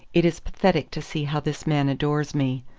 it is pathetic to see how this man adores me.